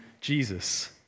Jesus